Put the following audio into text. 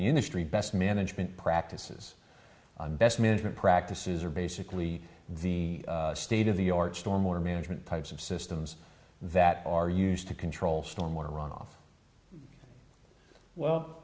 the industry best management practices best management practices are basically the state of the yard storm or management types of systems that are used to control storm water runoff well